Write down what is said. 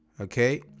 okay